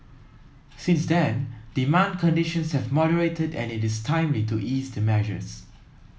since then demand conditions have moderated and it is timely to ease the measures